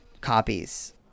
copies